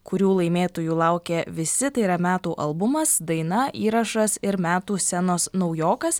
kurių laimėtojų laukia visi tai yra metų albumas daina įrašas ir metų scenos naujokas